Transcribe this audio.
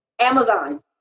Amazon